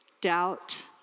doubt